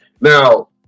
Now